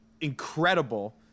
incredible